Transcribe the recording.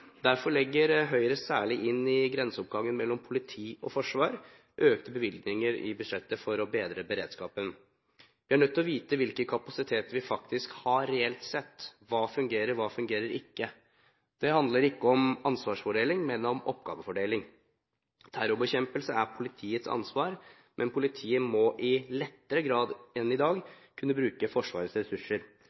Derfor legger Høyre inn, særlig i grenseoppgangen mellom politi og forsvar, økte bevilgninger i budsjettet for å bedre beredskapen. Det er viktig å vite hvilke kapasiteter vi faktisk har reelt sett. Hva fungerer? Hva fungerer ikke? Det handler ikke om ansvarsfordeling, men om oppgavefordeling. Terrorbekjempelse er politiets ansvar, men politiet må i lettere grad enn i dag kunne bruke Forsvarets ressurser.